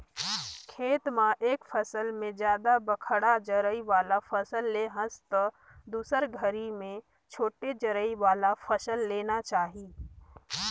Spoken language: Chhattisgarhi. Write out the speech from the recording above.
खेत म एक फसल में जादा बड़खा जरई वाला फसल ले हस त दुसर घरी में छोटे जरई वाला फसल लेना चाही